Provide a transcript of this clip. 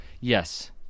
Yes